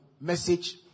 message